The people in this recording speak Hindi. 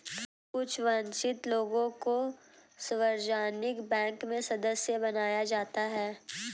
कुछ वन्चित लोगों को सार्वजनिक बैंक में सदस्य बनाया जाता है